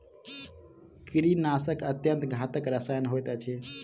कीड़ीनाशक अत्यन्त घातक रसायन होइत अछि